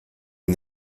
and